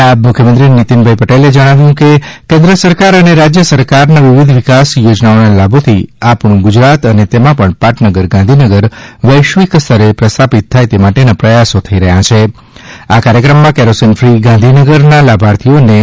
નાયબ મુખ્યમંત્રીશ્રી નીતિનભાઇ પટેલે કહ્યું કે કેન્દ્ર સરકાર અને રાજ્ય સરકારના વિવિધ વિકાસ યોજનાઓના લાભોથી આપણું ગુજરાત અને તેમાં પણ પાટનગર ગાંધીનગર વૈશ્વિક સ્તરે પ્રસ્થાપિત થાય એ માટેના પ્રયાસો થઇ રહ્યા છે આ કાર્યક્રમમાં કેરોસીન ફ્રી ગાંધીનગરના લાભાર્થીઓને રૂ